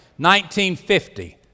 1950